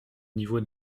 niveau